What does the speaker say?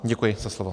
Děkuji za slovo.